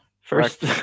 First